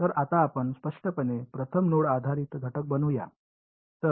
तर आता आपण स्पष्टपणे प्रथम नोड आधारित घटक बनवू या